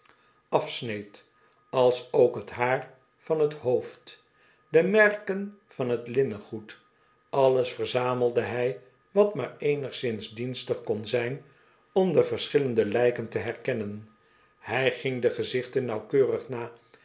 afsneed alsook t haar van t hoofd de merken van t linnengoed alles verzamelde hij wat maar eenigszins dienstig kon zijn om de verschillende lijken te herkennen hij ging de gezichten nauwkeurig na